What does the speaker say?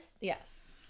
Yes